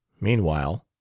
meanwhile.